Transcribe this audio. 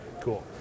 cool